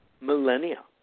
millennia